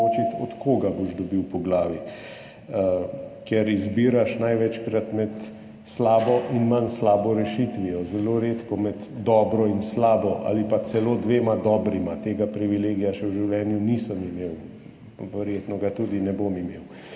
od koga jih boš dobil po glavi, ker izbiraš največkrat med slabo in manj slabo rešitvijo, zelo redko med dobro in slabo ali pa celo dvema dobrima. Tega privilegija še v življenju nisem imel, verjetno ga tudi ne bom imel.